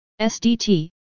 SDT